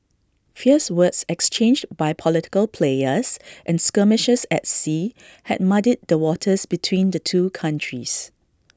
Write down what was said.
fierce words exchanged by political players and skirmishes at sea had muddied the waters between the two countries